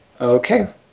Okay